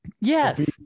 Yes